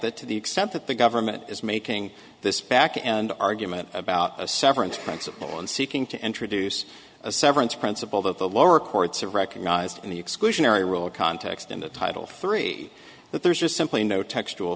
that to the extent that the government is making this back and argument about a severance principle and seeking to introduce a severance principle that the lower courts are recognized in the exclusionary rule context in the title three that there's just simply no textual